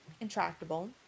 intractable